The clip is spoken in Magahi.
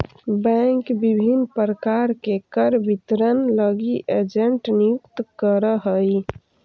बैंक विभिन्न प्रकार के कर वितरण लगी एजेंट नियुक्त करऽ हइ